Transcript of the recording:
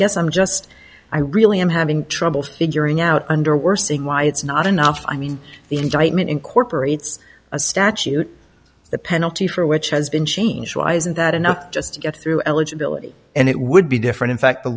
guess i'm just i really i'm having trouble figuring out under we're seeing why it's not enough i mean the indictment incorporates a statute the penalty for which has been changed why isn't that enough just to get through eligibility and it would be different in fact